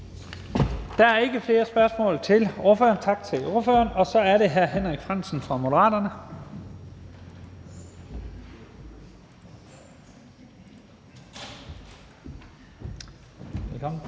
Der er ikke flere spørgsmål til ordføreren. Tak til ordføreren. Så er det hr. Henrik Frandsen fra Moderaterne. Velkommen.